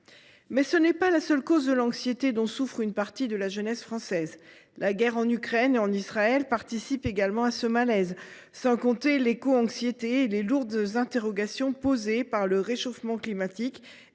il ne s’agit pas là des seules causes de l’anxiété dont souffre une partie de la jeunesse française. Les guerres en Ukraine et en Israël participent également de ce malaise, sans compter l’éco anxiété et les lourdes interrogations que suscitent le réchauffement climatique